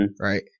Right